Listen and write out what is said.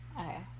Okay